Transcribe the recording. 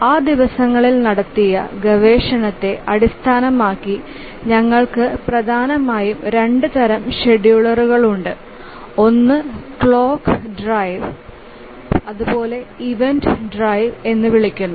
ആ ദിവസങ്ങളിൽ നടത്തിയ ഗവേഷണത്തെ അടിസ്ഥാനമാക്കി ഞങ്ങൾക്ക് പ്രധാനമായും രണ്ട് തരം ഷെഡ്യൂളറുകളുണ്ട് ഒന്ന് ക്ലോക്ക് ഡ്രൈവ് ഇവന്റ് ഡ്രൈവ് എന്ന് വിളിക്കുന്നു